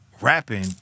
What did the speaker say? rapping